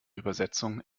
übersetzung